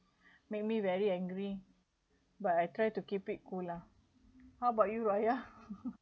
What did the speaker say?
make me very angry but I try to keep it cool lah how about you raya